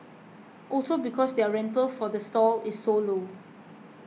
also because their rental for the stall is so low